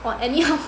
!wah! anyhow